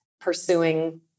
pursuing